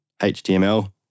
HTML